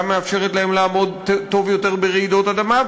גם מאפשרת להם לעמוד טוב יותר ברעידות אדמה,